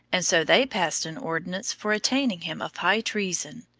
and so they passed an ordinance for attainting him of high treason,